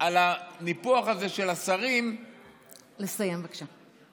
על הניפוח הזה של השרים, לסיים, בבקשה.